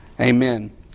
Amen